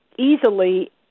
easily